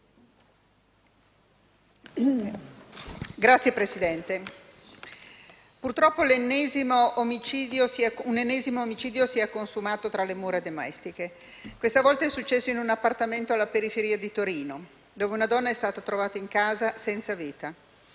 Signora Presidente, purtroppo un ennesimo omicidio si è consumato tra le mura domestiche. Questa volta è successo in un appartamento alla periferia di Torino, dove una donna è stata trovata in casa senza vita.